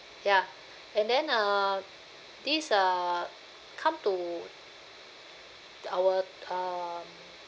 ya and then uh this uh come to our uh